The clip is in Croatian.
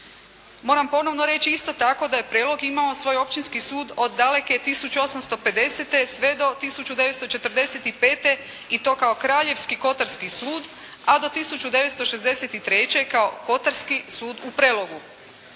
Moram ponovno reći isto tako da je Prelog imao svoj Općinski sud od daleke 1850. sve do 1945. i to kao Kraljevski kotarski sud, a do 1963. kao Kotarski sud u Prelogu.